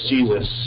Jesus